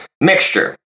mixture